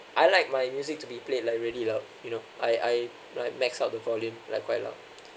I like my music to be played like really loud you know I I like max out the volume like quite loud